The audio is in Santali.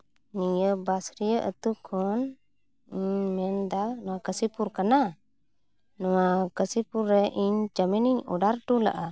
ᱱᱤᱭᱟᱹ ᱯᱟᱥᱨᱤᱭᱟᱹ ᱟᱹᱛᱩ ᱠᱷᱚᱱ ᱤᱧ ᱢᱮᱱ ᱮᱫᱟ ᱱᱚᱣᱟ ᱠᱟᱥᱤᱯᱩᱨ ᱠᱟᱱᱟ ᱱᱚᱣᱟ ᱠᱟᱥᱤᱯᱩᱨ ᱨᱮ ᱤᱧ ᱪᱟᱣᱢᱤᱱᱤᱧ ᱚᱰᱟᱨ ᱦᱚᱴᱚ ᱞᱮᱫᱼᱟ